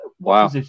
Wow